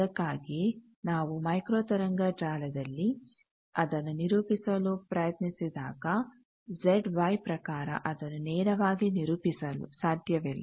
ಅದಕ್ಕಾಗಿಯೇ ನಾವು ಮೈಕ್ರೋ ತರಂಗ ಜಾಲದಲ್ಲಿ ಅದನ್ನು ನಿರೂಪಿಸಲು ಪ್ರಯತ್ನಿಸಿದಾಗ ಜೆಡ್ ವೈ ಪ್ರಕಾರ ಅದನ್ನು ನೇರವಾಗಿ ನಿರೂಪಿಸಲು ಸಾಧ್ಯವಿಲ್ಲ